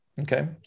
okay